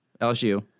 LSU